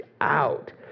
out